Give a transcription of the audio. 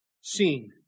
seen